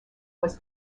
was